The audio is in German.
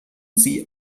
sie